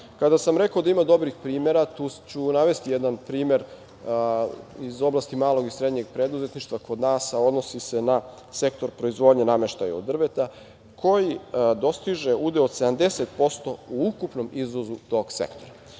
sam rekao da ima dobrih primera tu ću navesti jedan primer iz oblasti malog i srednjeg preduzetništva kod nas, a odnosi se na sektor proizvodnje nameštaja od drveta koji dostiže udeo od 70% u ukupnom izvozu tog sektora.